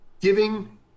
giving